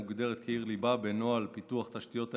מוגדרת כעיר ליבה בנוהל פיתוח תשתיות תיירות,